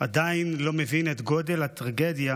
עדיין לא מבין את גודל הטרגדיה